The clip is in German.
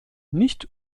nicht